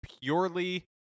purely